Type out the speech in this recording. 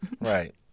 Right